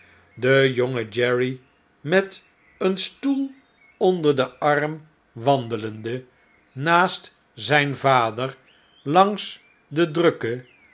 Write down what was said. de jonge jerry met een stoel onder den arm wandelende naast zn'n vader langs de drukke